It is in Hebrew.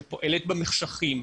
שפועלת במחשכים,